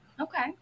Okay